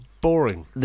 boring